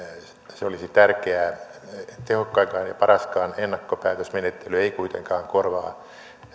se olisi tärkeää tehokkain ja paraskaan ennakkopäätösmenettely ei kuitenkaan korvaa